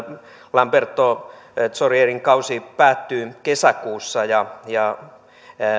lamberto zannierin kausi päättyy kesäkuussa ja ja